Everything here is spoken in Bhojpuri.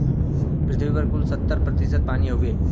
पृथ्वी पर कुल सत्तर प्रतिशत पानी हउवे